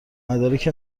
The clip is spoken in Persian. مدارک